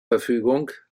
verfügung